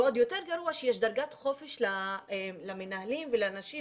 ועוד יותר גרוע, שיש דרגת חופש למנהלים ולאנשים